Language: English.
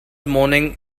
moaning